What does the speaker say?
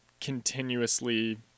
continuously